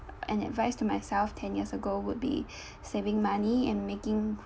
an advice to myself ten years ago would be saving money and making